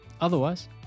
Otherwise